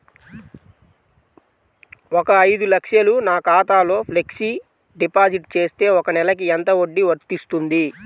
ఒక ఐదు లక్షలు నా ఖాతాలో ఫ్లెక్సీ డిపాజిట్ చేస్తే ఒక నెలకి ఎంత వడ్డీ వర్తిస్తుంది?